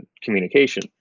communication